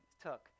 took